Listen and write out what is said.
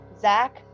Zach